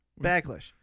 Backlash